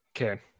Okay